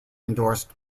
endorsed